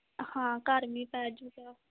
ਹਾਂ ਘਰ ਵੀ ਪੈ ਜੂਗਾ